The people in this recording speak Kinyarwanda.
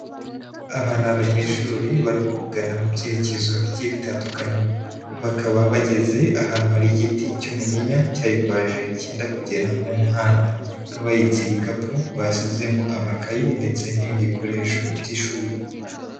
Aba ni abanyeshuri barimo kugana mu byerekezo bigiye bitandukanye, bakaba bageze ahantu hari igiti cy'umunyinya cyahimbaje cyenda kugera mu muhanda, bakaba bahetse ibikapu bashizemo amakayi ndetse n'ibindi bikoresho by'ishuri.